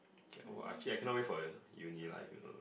K oh I actually cannot wait for uni lah if you know